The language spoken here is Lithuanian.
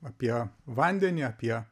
apie vandenį apie